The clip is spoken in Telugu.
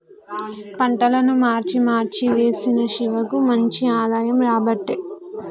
పంటలను మార్చి మార్చి వేశిన శివకు మంచి ఆదాయం రాబట్టే